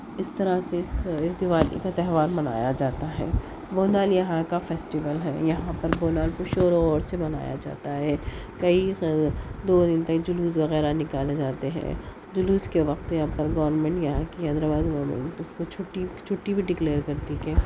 اِس طرح سے اِس دیوالی کا تہوار منایا جاتا ہے بونال یہاں کا فیسٹیول ہے یہاں پر بونال پُرشور اور سے منایا جاتا ہے کئی دو دِن تک جلوس وغیرہ نکالے جاتے ہیں جلوس کے وقت یہاں پر گوورنمنٹ یہاں کی حیدر آباد میں اِس کو چھٹی چھٹی بھی ڈکلیئر کر دی کیا